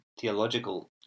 theological